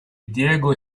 diego